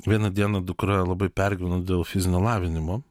vieną dieną dukra labai pergyveno dėl fizinio lavinimo